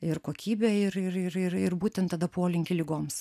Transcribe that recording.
ir kokybę ir ir ir ir ir būtent tada polinkį ligoms